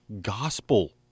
gospel